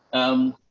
um,